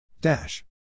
Dash